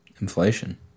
Inflation